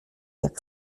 jak